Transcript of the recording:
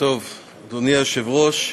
אדוני היושב-ראש,